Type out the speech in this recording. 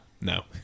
No